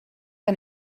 aan